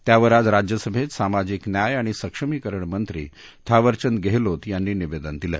त्यावर आज राज्यसभैत सामाजिक न्याय आणि सक्षमीकरणमंत्री थावरचंद गेहलोत यांनी निवेदन दिलं